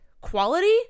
quality